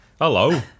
Hello